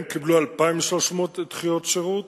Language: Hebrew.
הם קיבלו 2,300 דחיות שירות